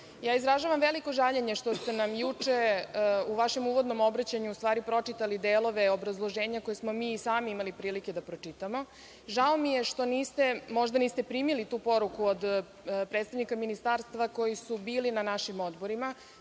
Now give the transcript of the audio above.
ministarke. Izražavam veliko žaljenje što ste nam juče u vašem uvodnom obraćanju u stvari pročitali delove obrazloženja koje smo mi i sami imali prilike da pročitamo. Žao mi je što niste, možda niste primili tu poruku od predstavnika Ministarstva koji su bili na našim odborima.